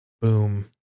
boom